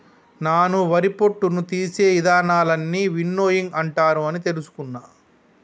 నాను వరి పొట్టును తీసే ఇదానాలన్నీ విన్నోయింగ్ అంటారు అని తెలుసుకున్న